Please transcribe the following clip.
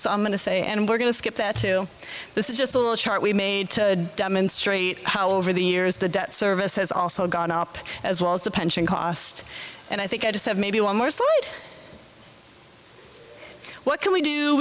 so i'm going to say and we're going to skip that too this is just a little chart we made to demonstrate how over the years the debt service has also gone up as well as the pension costs and i think i just have maybe one more slide what can we do